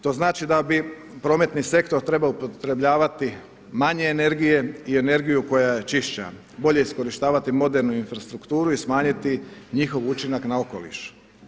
To znači da bi prometni sektor trebao upotrebljavati manje energije i energiju koja je čišća, bolje iskorištavati modernu infrastrukturu i smanjiti njihov učinak na okoliš.